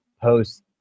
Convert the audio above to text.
post